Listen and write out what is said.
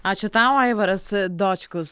ačiū tau aivaras dočkus